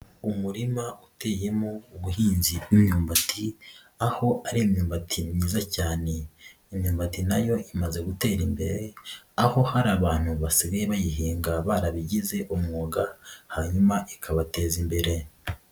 Umurima uteyemo ubuhinzi bw'imyumbati aho ari imyumbati myiza cyane, imyumbati na yo imaze gutera imbere aho hari abantu basigaye bayihinga barabigize umwuga hanyuma ikabateza imbere.